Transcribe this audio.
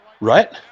Right